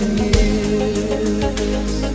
years